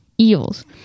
eels